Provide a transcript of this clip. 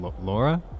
Laura